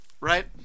Right